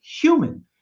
human